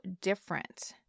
different